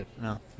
No